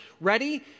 ready